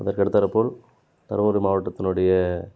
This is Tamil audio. அதற்கடுத்தாற் போல் தர்மபுரி மாவட்டத்தினுடைய